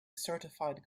certified